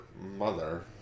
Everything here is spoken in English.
mother